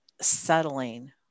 settling